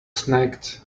snagged